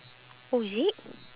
oh is it